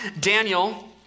Daniel